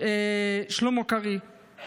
שלמה קרעי,